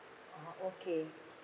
oh okay